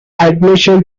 admission